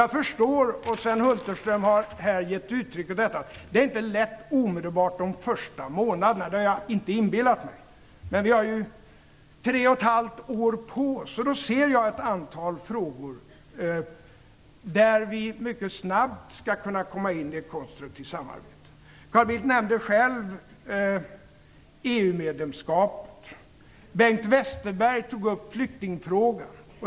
Jag förstår att det inte är lätt att göra det omedelbart under de första månaderna. Sven Hulterström har givit uttryck för det. Det hade jag inte heller inbillat mig. Men vi har tre och ett halvt år på oss. Jag ser ett antal frågor där vi mycket snabbt skall kunna komma in i ett konstruktivt samarbete.. Carl Bildt nämnde själv EU-medlemskapet. Bengt Westerberg tog upp flyktingfrågan.